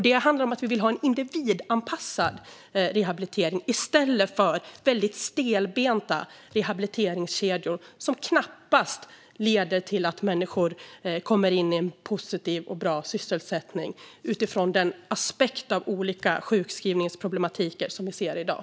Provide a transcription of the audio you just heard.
Det handlar om att vi vill ha en individanpassad rehabilitering i stället för väldigt stelbenta rehabiliteringskedjor, som knappast leder till att människor kommer in i en positiv och bra sysselsättning utifrån den aspekt av olika sjukskrivningsproblematiker som vi ser i dag.